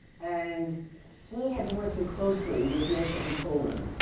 and he had been working closely with yesia in poland.